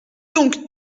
donc